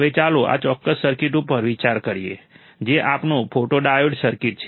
હવે ચાલો આ ચોક્કસ સર્કિટ ઉપર વિચાર કરીએ જે આપણું ફોટોડાયોડ સર્કિટ છે